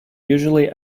usually